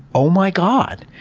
oh my god,